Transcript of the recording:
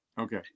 Okay